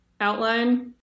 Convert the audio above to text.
outline